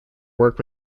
work